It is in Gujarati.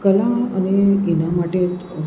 કલા અને એના માટે